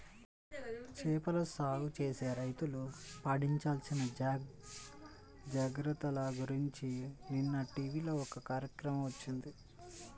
చేపల సాగు చేసే రైతులు పాటించాల్సిన జాగర్తల గురించి నిన్న టీవీలో ఒక కార్యక్రమం వచ్చింది